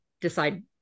decide